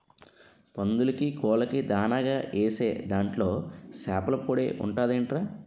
పందులకీ, కోళ్ళకీ దానాగా ఏసే దాంట్లో సేపల పొడే ఉంటదంట్రా